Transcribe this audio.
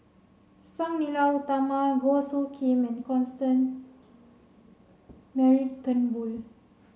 Sang Nila Utama Goh Soo Khim and Constance Mary Turnbull